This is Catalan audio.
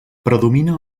predomina